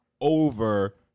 over